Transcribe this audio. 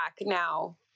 now